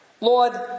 Lord